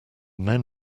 men